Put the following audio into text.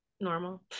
normal